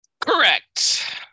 Correct